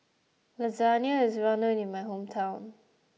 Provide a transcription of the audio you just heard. Lasagna is well known in my hometown